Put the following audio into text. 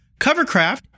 Covercraft